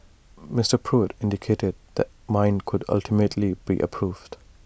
Mister Pruitt indicated the mine could ultimately be approved